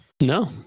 No